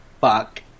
fuck